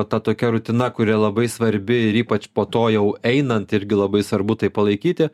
ta tokia rutina kuri labai svarbi ir ypač po to jau einant irgi labai svarbu tai palaikyti